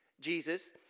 Jesus